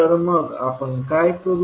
तर मग आपण काय करू